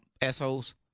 assholes